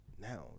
now